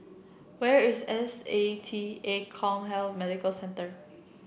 where is S A T A CommHealth Medical Centre